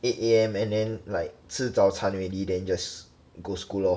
eight A_M and then like 吃早餐 already then just go school lor